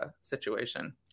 situation